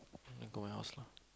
then go my house lah